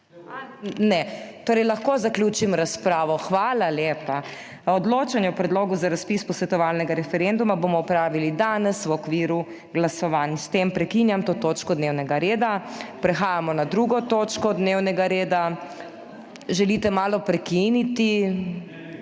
ne, torej lahko zaključim razpravo. Hvala lepa. Odločanje o predlogu za razpis posvetovalnega referenduma bomo opravili danes v okviru glasovanj. S tem prekinjam to točko dnevnega reda. Prehajamo na **2. TOČKO DNEVNEGA REDA** -/ nemir v dvorani/ Želite malo prekiniti?